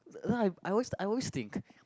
I I always I always think